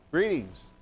Greetings